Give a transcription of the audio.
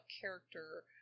character